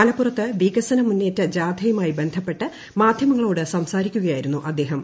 മലപ്പുറൃത്ത്പ്പ് വികസന മുന്നേറ്റ ജാഥയുമായി ബന്ധപ്പെട്ട് മാധ്യമങ്ങളെട്ട് ്സംസാരിക്കുക യായിരുന്നു അദ്ദേഹം